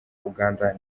uganda